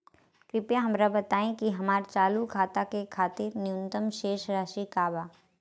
कृपया हमरा बताइ कि हमार चालू खाता के खातिर न्यूनतम शेष राशि का बा